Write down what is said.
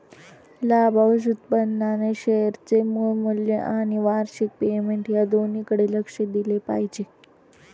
लाभांश उत्पन्नाने शेअरचे मूळ मूल्य आणि वार्षिक पेमेंट या दोन्हीकडे लक्ष दिले पाहिजे